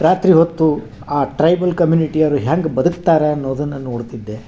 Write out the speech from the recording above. ರಾತ್ರಿ ಹೊತ್ತು ಆ ಟ್ರೈಬಲ್ ಕಮ್ಯುನಿಟಿಯವ್ರು ಹೆಂಗ್ ಬದುಕ್ತಾರೆ ಅನ್ನೋದನ್ನು ನೋಡ್ತಿದ್ದೆ